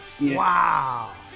Wow